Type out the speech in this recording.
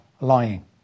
lying